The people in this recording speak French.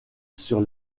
sur